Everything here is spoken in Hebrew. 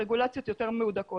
רגולציות יותר מהודקות.